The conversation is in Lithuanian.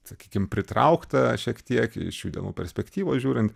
sakykim pritraukta šiek tiek iš šių dienų perspektyvos žiūrint